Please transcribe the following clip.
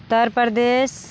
Uttar Pradesh